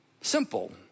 simple